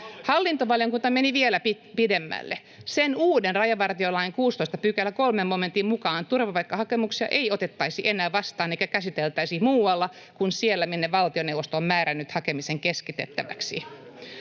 Hallintovaliokunta meni vielä pidemmälle. Sen uuden rajavartiolain 16 §:n 3 momentin mukaan turvapaikkahakemuksia ei otettaisi enää vastaan eikä käsiteltäisi muualla kuin siellä, minne valtioneuvosto on määrännyt hakemisen keskitettäväksi.